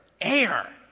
air